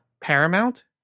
Paramount